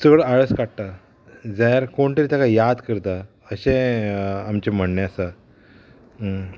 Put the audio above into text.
चड आळस काडटा जाल्यार कोण तरी तेका याद करता अशें आमचें म्हणणें आसा